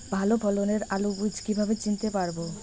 ভালো ফলনের আলু বীজ কীভাবে চিনতে পারবো?